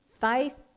faith